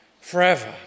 forever